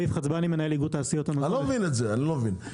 אני לא מבין את זה, אני לא מבין.